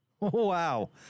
Wow